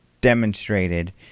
demonstrated